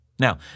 Now